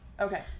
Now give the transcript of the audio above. okay